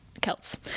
Celts